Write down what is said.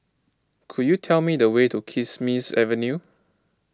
could you tell me the way to Kismis Avenue